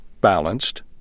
balanced